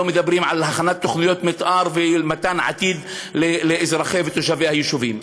לא מדברים על הכנת תוכניות מתאר ומתן עתיד לאזרחי ותושבי היישובים.